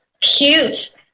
cute